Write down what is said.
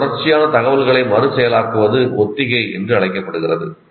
இந்த தொடர்ச்சியான தகவல்களை மறுசெயலாக்குவது ஒத்திகை என்று அழைக்கப்படுகிறது